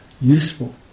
useful